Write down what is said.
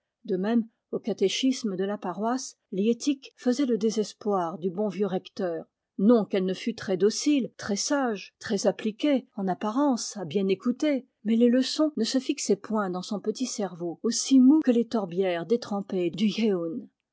de même au catéchisme de la paroisse liettik faisait le désespoir du bon vieux recteur non qu'elle ne fut très docile très sage très appliquée en apparence à bien écouter mais les leçons ne se fixaient point dans son petit cerveau aussi mou que les tourbières détrempées du